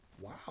wow